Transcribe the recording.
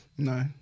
no